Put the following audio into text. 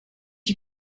you